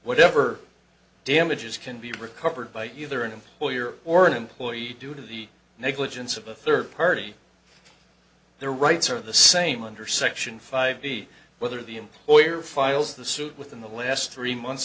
whatever damages can be recovered by either an employer or an employee due to the negligence of a third party their rights are the same under section five b whether the employer files the suit within the last three months